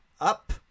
up